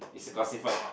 it's a classified